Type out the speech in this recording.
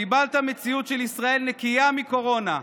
קיבלת מציאות של ישראל נקייה מקורונה.